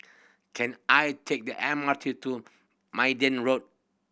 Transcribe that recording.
can I take the M R T to Minden Road